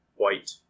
White